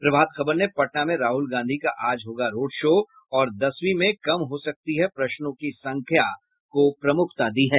प्रभात खबर ने पटना में राहुल गांधी का आज होगा रोड शो और दसवीं में कम हो सकती है प्रश्नों की संख्या को प्रमुखता दी है